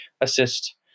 assist